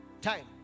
time